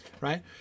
right